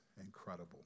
incredible